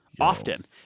Often